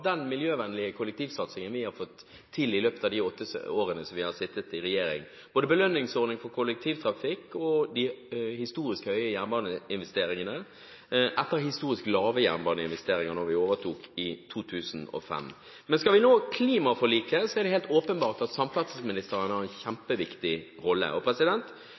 den miljøvennlige kollektivsatsingen vi har fått til i løpet av de åtte årene vi har sittet i regjering, både belønningsordning for kollektivtrafikk og de historisk høye jernbaneinvesteringene, etter historisk lave jernbaneinvesteringer da vi overtok i 2005. Men skal vi nå målene i klimaforliket, er det helt åpenbart at samferdselsministeren har en kjempeviktig rolle.